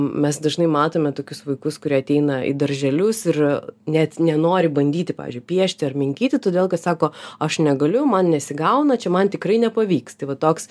mes dažnai matome tokius vaikus kurie ateina į darželius ir net nenori bandyti pavyzdžiui piešti ar minkyti todėl kad sako aš negaliu man nesigauna čia man tikrai nepavyks tai vat toks